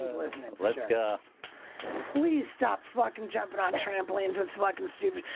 little isn't it let's go please stop fucking jumping on trampolines and fuckin stupid.